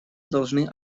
должны